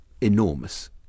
enormous